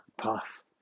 path